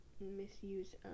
misuse